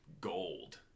gold